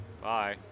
Bye